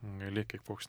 nelėk kaip koks